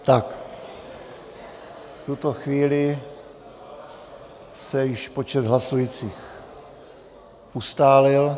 V tuto chvíli se již počet hlasujících ustálil.